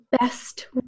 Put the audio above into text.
best